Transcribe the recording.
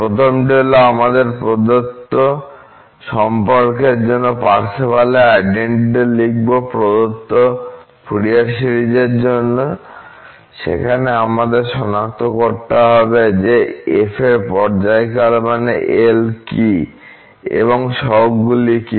প্রথমটি হল আমরা প্রদত্ত সম্পর্কের জন্য পার্সেভালের আইডেনটিটি লিখব প্রদত্ত ফুরিয়ার সিরিজের জন্য যেখানে আমাদের সনাক্ত করতে হবে যে f এর পর্যায়কাল মানে L কী এবং সহগগুলি কী